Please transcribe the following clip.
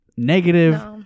negative